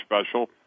special